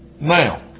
now